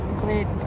great